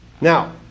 now